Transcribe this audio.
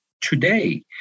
today